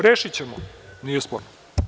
Rešićemo, nije sporno.